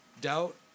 doubt